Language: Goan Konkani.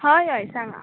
हय हय सांगां